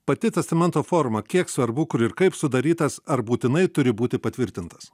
pati testamento forma kiek svarbu kur ir kaip sudarytas ar būtinai turi būti patvirtintas